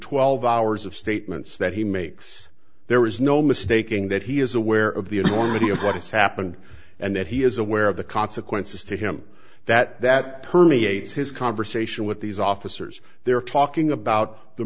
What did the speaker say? twelve hours of statements that he makes there is no mistaking that he is aware of the enormity of what has happened and that he is aware of the consequences to him that that permeates his conversation with these officers they are talking about the